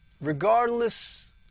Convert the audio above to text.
regardless